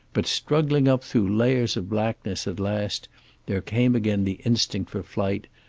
but struggling up through layers of blackness at last there came again the instinct for flight,